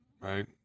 right